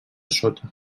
sota